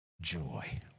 joy